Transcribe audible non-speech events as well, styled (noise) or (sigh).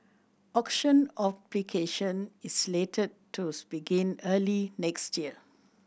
auction application is slated to (unintelligible) begin early next year